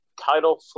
title